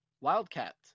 Wildcat